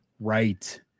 right